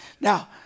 now